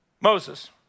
Moses